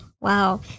Wow